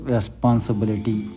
Responsibility